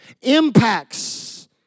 impacts